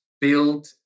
build